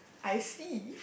I see